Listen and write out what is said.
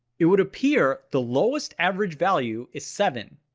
it would appear the lowest average value is seven.